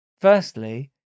Firstly